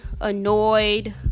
annoyed